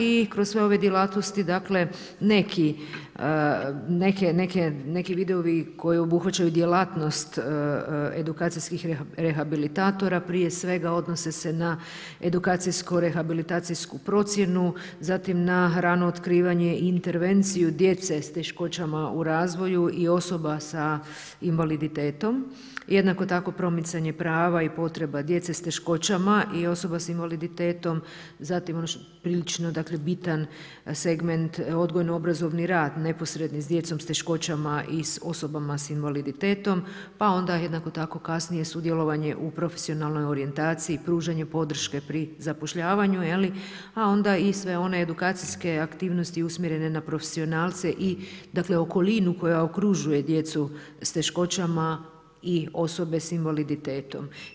I kroz sve ove djelatnosti neki vidovi koji obuhvaćaju djelatnost edukacijskih rehabilitatora prije svega odnose se na edukacijsko-rehabilitacijsku procjenu, zatim na rano otkrivanje i intervenciju djece s teškoćama u razvoju i osoba s invaliditetom, jednako tako promicanje prava i potreba djece s teškoćama i osoba s invaliditetom, zatim prilično bitan segment odgojno-obrazovni rad neposredni s djecom s teškoćama i osobama s invaliditetom, pa onda jednako tako kasnije sudjelovanje u profesionalnoj orijentaciji pružanju podrške pri zapošljavanju, a onda i sve one edukacijske aktivnosti usmjerene na profesionalce i okolinu koja okružuje djecu s teškoćama i osobe s invaliditetom.